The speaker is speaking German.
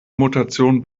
mutation